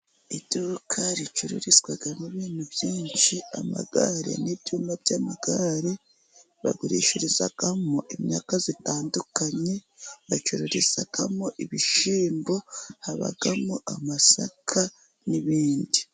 Iduka ricururizwamo ibintu byinshi: amagare n'ibyuma by'amagare, bagurishirizamo imyaka itandukanye, bacururizamo ibishyimbo, habamo amasaka n'ibindi.